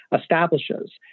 establishes